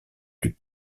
plus